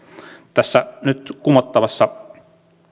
tässä nyt kumottavassa